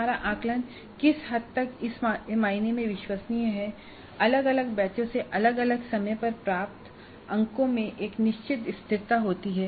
हमारा आकलन किस हद तक इस मायने में विश्वसनीय है कि अलग अलग बैचों से अलग अलग समय पर प्राप्त अंकों में एक निश्चित स्थिरता होती है